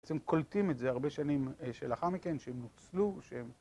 בעצם קולטים את זה הרבה שנים שלאחר מכן, שהם נוצלו, שהם...